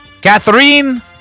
Catherine